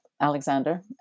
Alexander